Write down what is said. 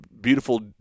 beautiful